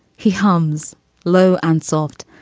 he hums low and soft,